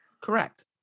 Correct